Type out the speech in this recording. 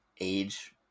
age